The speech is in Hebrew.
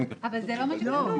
אבל זה לא מה שכתוב,